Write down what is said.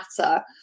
matter